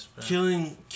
killing